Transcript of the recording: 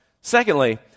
Secondly